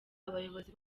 abayobozi